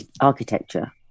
architecture